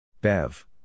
Bev